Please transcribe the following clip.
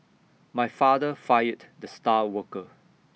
my father fired the star worker